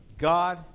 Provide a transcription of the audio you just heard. God